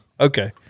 Okay